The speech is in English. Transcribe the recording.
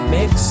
Mix